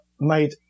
made